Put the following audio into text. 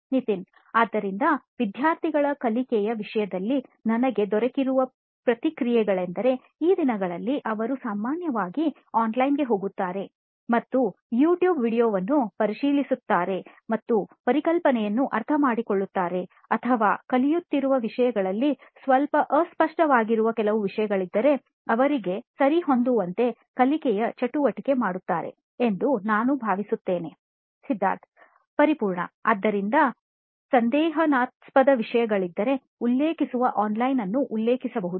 ನಿತಿನ್ ಆದ್ದರಿಂದ ವಿದ್ಯಾರ್ಥಿಗಳ ಕಲಿಕೆಯ ವಿಷಯದಲ್ಲಿ ನನಗೆ ದೊರೆಕಿರುವ ಪ್ರತಿಕ್ರಿಯೆಗಳೆಂದರೆ ಈ ದಿನಗಳಲ್ಲಿ ಅವರು ಸಾಮಾನ್ಯವಾಗಿ ಆನ್ಲೈನ್ಗೆ ಹೋಗುತ್ತಾರೆ ಮತ್ತು ಯೂಟ್ಯೂಬ್ ವೀಡಿಯೊವನ್ನು ಪರಿಶೀಲಿಸುತ್ತಾರೆ ಮತ್ತು ಪರಿಕಲ್ಪನೆಯನ್ನು ಅರ್ಥಮಾಡಿಕೊಳ್ಳುತ್ತಾರೆಅಥವಾ ಕಲಿಯುತ್ತಿರುವ ವಿಷಯಗಳಲ್ಲಿ ಸ್ವಲ್ಪ ಅಸ್ಪಷ್ಟವಾಗಿರುವ ಕೆಲವು ವಿಷಯಗಳಿದ್ದರೆ ಅವರಿಗೆ ಸರಿಹೊಂದುವಂತೆ ಕಲಿಕೆಯ ಚಟುವಟಿಕೆಗೆ ಮಾಡುತ್ತಾರೆ ಎಂದು ನಾನು ಭಾವಿಸುತ್ತೇನೆ ಸಿದ್ಧಾರ್ಥ್ ಪರಿಪೂರ್ಣ ಆದ್ದರಿಂದ ಸಂದೇಹನಾಸ್ಪದ ವಿಷಯಗಳಿದ್ದರೆ ಉಲ್ಲೇಖಿಸುವ ಆನ್ಲೈನ್ ಅನ್ನು ಉಲ್ಲೇಖಿಸಬಹುದು